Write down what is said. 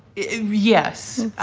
yes.